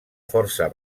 força